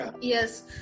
Yes